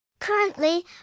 Currently